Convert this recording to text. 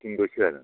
थिन बोसोर